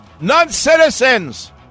Non-citizens